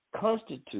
constitute